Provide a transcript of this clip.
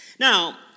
Now